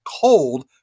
cold